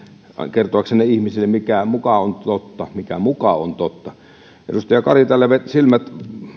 kertoaksenne ihmisille mikä muka on totta mikä muka on totta edustaja kari täällä silmät